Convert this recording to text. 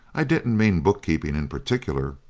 i didn't mean book-keeping in particular,